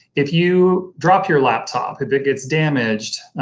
if you drop your laptop, if it gets damaged,